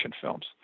films